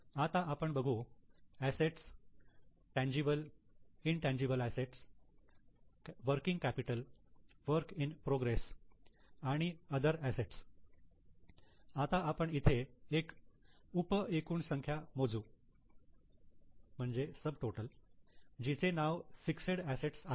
आता आपण बघू assets tangible intangible assets working capital work in progress आणि अदर असेट्स आता आपण इथे एक उप एकूण संख्या मोजू जिचे नाव फिक्सेड एसेट आहे